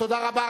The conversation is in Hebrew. תודה רבה.